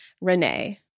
Renee